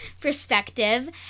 perspective